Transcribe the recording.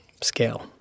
scale